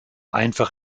einfach